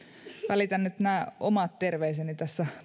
välitän nyt nämä omat terveiseni tässä